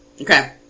okay